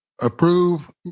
approve